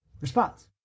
response